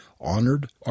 Honored